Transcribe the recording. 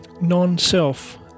Non-self